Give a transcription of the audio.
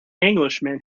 englishman